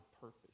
purpose